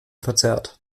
verzerrt